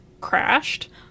crashed